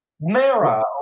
Mara